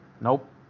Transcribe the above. nope